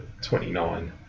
29